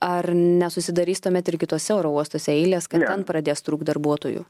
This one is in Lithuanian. ar nesusidarys tuomet ir kituose oro uostuose eilės kad ten pradės trūkt darbuotojų